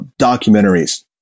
documentaries